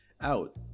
out